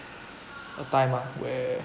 a time lah where